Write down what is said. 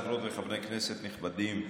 חברות וחברי כנסת נכבדים,